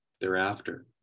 thereafter